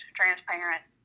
transparent